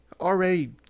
already